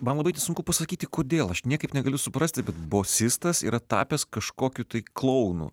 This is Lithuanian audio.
man labai t sunku pasakyti kodėl aš niekaip negaliu suprasti bet bosistas yra tapęs kažkokiu tai klounu